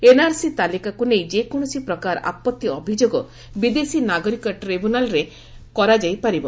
NRC ତାଲିକାକୁ ନେଇ ଯେକୌଣସି ପ୍ରକାର ଆପଭି ଅଭିଯୋଗ ବିଦେଶୀ ନାଗରିକ ଟ୍ରିବ୍ୟୁନାଲରେ କରାଯାଇପାରିବ